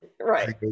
Right